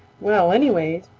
well anyway,